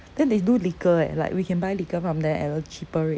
then they do liquor eh like we can buy liquor from them at a cheaper rate